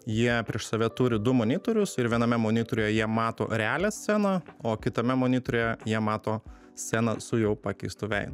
jie prieš save turi du monitorius ir viename monitoriuje jie mato realią sceną o kitame monitoriuje jie mato sceną su jau pakeistu vei